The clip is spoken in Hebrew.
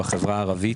בחברה הערבית,